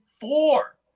four